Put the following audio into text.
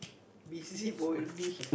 busybody